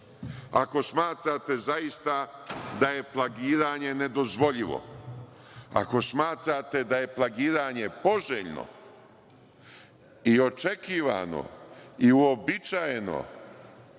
Ako smatrate zaista da je plagiranje nedozvoljivo, ako smatrate da je plagiranje poželjno i očekivano i uobičajeno,